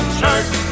church